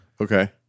Okay